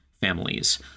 families